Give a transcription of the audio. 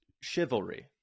chivalry